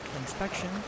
inspection